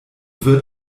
wird